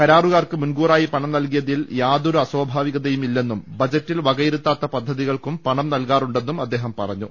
കരാറുകാർക്ക് മുൻകൂറായി പണം നൽകിയതിൽ യാതൊരു അസ്വാഭാവി കതയും ഇല്ലെന്നും ബജറ്റിൽ വകയിരുത്താത്ത പദ്ധതി കൾക്കും പണം നൽകാറുണ്ടെന്നും അദ്ദേഹം പറഞ്ഞു